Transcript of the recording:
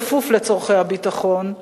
בכפוף לצורכי הביטחון,